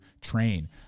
train